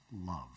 love